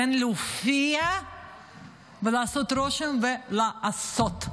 בין להופיע ולעשות רושם לבין לעשות,